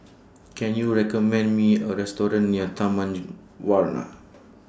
Can YOU recommend Me A Restaurant near Taman Warna